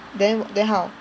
then then how